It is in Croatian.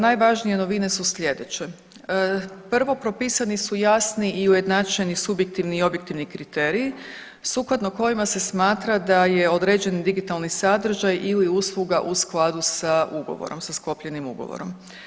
Najvažnije novine su slijedeće, prvo propisani su jasni i ujednačeni subjektivni i objektivni kriteriji sukladno kojima se smatra da je određeni digitalni sadržaj ili usluga u skladu sa ugovorom, sa sklopljenim ugovorom.